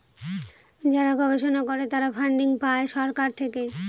যারা গবেষণা করে তারা ফান্ডিং পাই সরকার থেকে